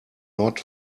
not